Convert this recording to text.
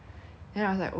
then I was like okay lah